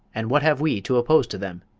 and what have we to oppose to them?